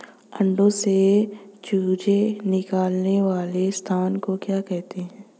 अंडों से चूजे निकलने वाले स्थान को क्या कहते हैं?